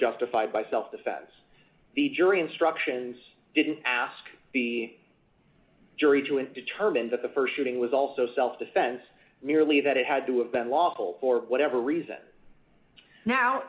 justified by self defense the jury instructions didn't ask the jury to and determine that the st shooting was also self defense merely that it had to have been lawful for whatever reason now